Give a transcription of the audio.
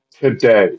today